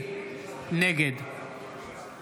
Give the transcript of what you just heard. נגד